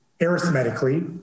arithmetically